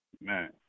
man